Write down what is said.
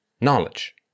knowledge